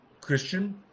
Christian